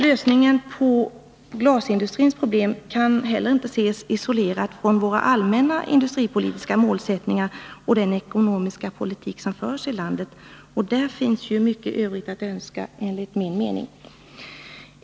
Lösningen på glasindustrins problem kaninte heller ses isolerad från våra allmänna industripolitiska målsättningar och den ekonomiska politik som förs i landet — och där finns det enligt min mening mycket övrigt att önska.